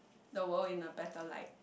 the world in a better light